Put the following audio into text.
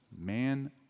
Man